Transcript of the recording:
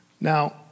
Now